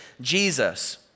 Jesus